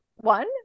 one